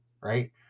right